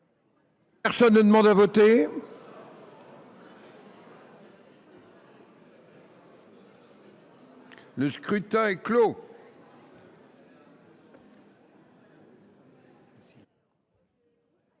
Personne ne demande plus à voter ?… Le scrutin est clos.